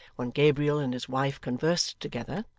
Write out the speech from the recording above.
when gabriel and his wife conversed together,